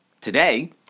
today